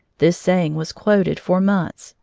this saying was quoted for months,